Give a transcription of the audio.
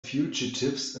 fugitives